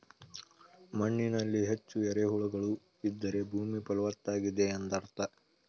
ಮಣ್ಣಿನಲ್ಲಿ ಹೆಚ್ಚು ಎರೆಹುಳುಗಳು ಇದ್ದರೆ ಭೂಮಿ ಫಲವತ್ತಾಗಿದೆ ಎಂದರ್ಥ